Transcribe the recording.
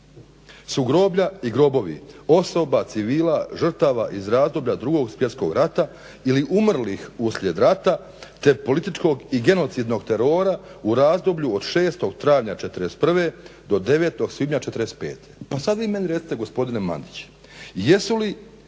su groblja i grobovi osoba, civila žrtava iz razdoblja 2. svjetskog rata ili umrlih uslijed rata te političkog i genocidnog terora u razdoblju od 6. travnja '41. do 9. svibnja '45. Pa sad vi meni recite gospodine Mandić jesu li